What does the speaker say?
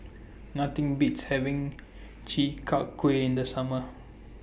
Nothing Beats having Chi Kak Kuih in The Summer